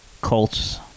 Colts